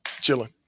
chilling